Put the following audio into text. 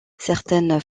certaines